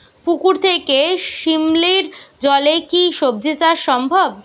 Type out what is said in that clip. পুকুর থেকে শিমলির জলে কি সবজি চাষ সম্ভব?